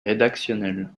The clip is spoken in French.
rédactionnel